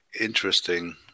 interesting